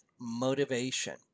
motivation